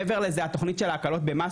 מעבר לזה התוכנית של ההקלות במס